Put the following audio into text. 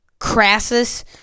Crassus